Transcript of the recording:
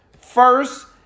first